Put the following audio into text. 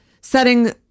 setting